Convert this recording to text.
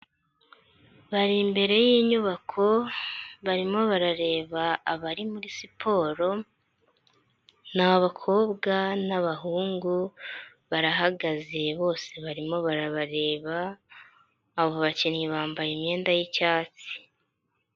Bari imbere y'inyubako barimo barareba abari muri siporo, ni abakobwa n'abahungu barahagaze bose barimo barabareba, abo bakinnyi bambaye imyenda y'icyatsi.